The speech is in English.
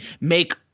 make